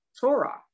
torah